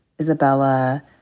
Isabella